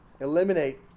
eliminate